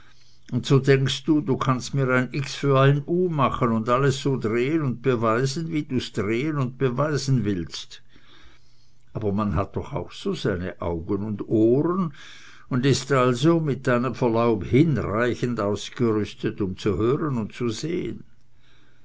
und so denkst du du kannst mir ein x für ein u machen und alles so drehen und beweisen wie du's drehen und beweisen willst aber man hat doch auch so seine augen und ohren und ist also mit deinem verlaub hinreichend ausgerüstet um zu hören und zu sehen